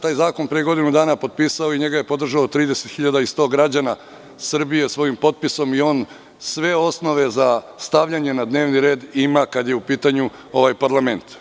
Taj zakon sam pre godinu dana potpisao i njega je podržalo 30.100 građana Srbije svojim potpisom i on sve osnove za stavljanje na dnevni red ima, kada je u pitanju ovaj parlament.